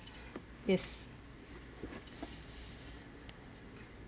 yes